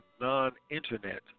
non-Internet